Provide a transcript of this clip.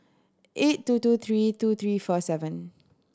eight two two three two three four seven